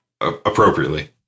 appropriately